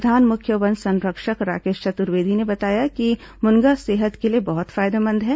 प्रधान मुख्य वन संरक्षक राकेश चतुर्वेदी ने बताया कि मुनगा सेहत के लिए बहुत फायदेमंद है